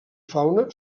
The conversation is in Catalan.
fauna